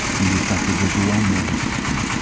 he reflected, was your own nervous system.